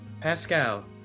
Pascal